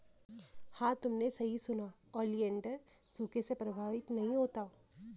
हां तुमने सही सुना, ओलिएंडर सूखे से प्रभावित नहीं होता